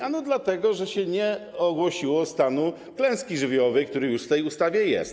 Ano dlatego, że się nie ogłosiło stanu klęski żywiołowej, który już w tej ustawie jest.